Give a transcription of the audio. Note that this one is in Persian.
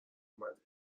اومده